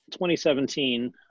2017